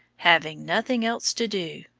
having nothing else to do,